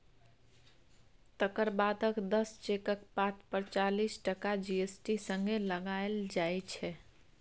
तकर बादक दस चेकक पात पर चालीस टका जी.एस.टी संगे लगाएल जाइ छै